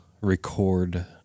record